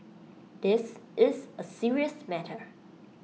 this is A serious matter